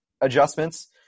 adjustments